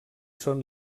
són